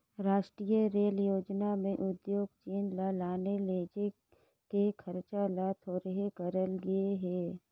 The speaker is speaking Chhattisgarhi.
रास्टीय रेल योजना में उद्योग चीच ल लाने लेजे के खरचा ल थोरहें करल गे हे